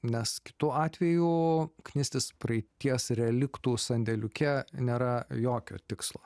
nes kitu atveju knistis praeities reliktų sandėliuke nėra jokio tikslo